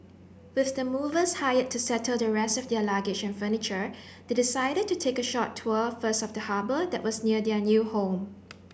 with the movers hired to settle the rest of their luggage and furniture they decided to take a short tour first of the harbour that was near their new home